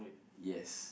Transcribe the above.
yes